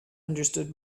understood